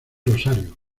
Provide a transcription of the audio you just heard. rosario